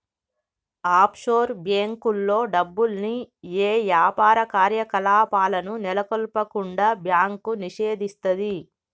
offshore బ్యేంకుల్లో డబ్బుల్ని యే యాపార కార్యకలాపాలను నెలకొల్పకుండా బ్యాంకు నిషేధిస్తది